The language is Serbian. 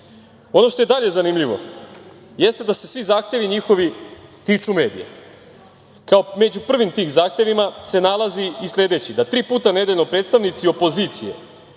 to je dalje zanimljivo jeste da se svi zahtevi njihovi tiču medija. Među prvi zahtevima se nalazi i sledeći – da tri puta nedeljno predstavnici opozicije